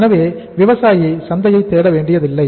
எனவே விவசாயி சந்தையை தேட வேண்டியதில்லை